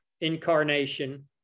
incarnation